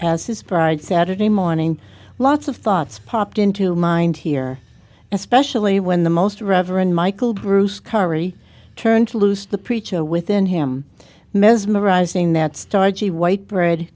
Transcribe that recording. as his bride saturday morning lots of thoughts popped into mind here especially when the most reverend michael bruce connery turned loose the preacher within him mesmerizing that starchy white bread